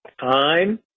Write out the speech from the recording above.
time